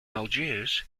algiers